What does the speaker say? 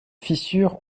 fissure